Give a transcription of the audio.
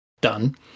done